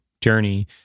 journey